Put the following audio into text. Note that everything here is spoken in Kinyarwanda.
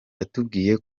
yatubwiye